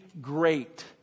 great